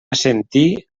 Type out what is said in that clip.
assentir